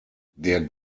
der